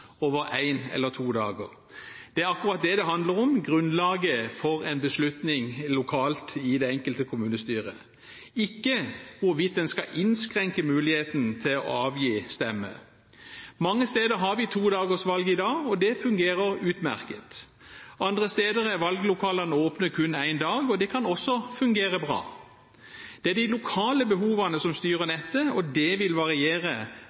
over én eller to dager. Det er akkurat det det handler om, grunnlaget for en beslutning lokalt, i det enkelte kommunestyre – ikke hvorvidt man skal innskrenke muligheten til å avgi stemme. Mange steder har vi todagers valg i dag, og det fungerer utmerket. Andre steder er valglokalene åpne kun én dag, og det kan også fungere bra. Det er de lokale behovene som styrer dette, og det vil variere